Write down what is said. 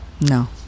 No